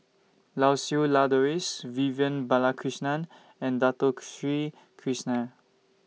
Lau Siew Lang Doris Vivian Balakrishnan and Dato Sri Krishna